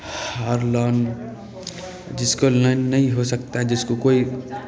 आओर लोन जिसको लोन नही हो सकता जिसको कोइ